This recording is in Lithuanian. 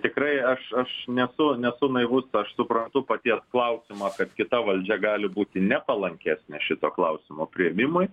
tikrai aš aš nesu nesu naivus aš suprantu paties klausimą kad kita valdžia gali būti nepalankesnė šito klausimo priėmimui